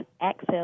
access